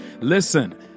Listen